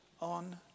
on